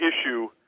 issue